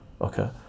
okay